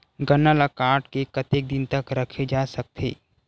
गन्ना ल काट के कतेक दिन तक रखे जा सकथे?